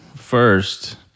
First